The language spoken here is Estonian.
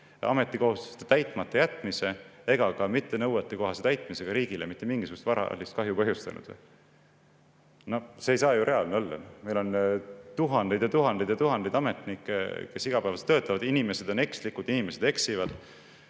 ametikohustuste täitmatajätmise ega ka mittenõuetekohase täitmisega riigile mitte mingisugust varalist kahju põhjustanud. See ei saa ju reaalne olla! Meil on tuhandeid ja tuhandeid ja tuhandeid ametnikke, kes igapäevaselt töötavad. Inimesed on ekslikud, inimesed eksivad.